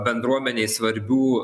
bendruomenei svarbių